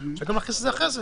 ואפשר גם להכניס את זה אחרי זה.